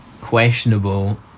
questionable